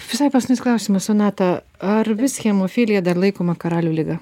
visai paskutinis klausimas sonata ar vis hemofilija dar laikoma karalių liga